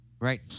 Right